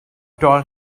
told